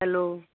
hello